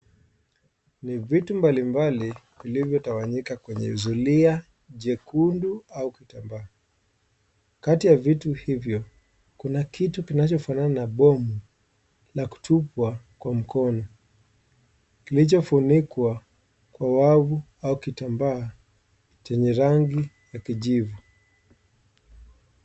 Ni vitu mbalimbali vilivyyo tawanyika kwenye zuria jekundu au kitambaa, kati ya vitu hivyo kuna kitu kinacho fanana na bomu na kutupwa kwa mkono kilichofunikwa kwa wavu au kitambaa chenye rangi ya kijivu.